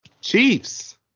Chiefs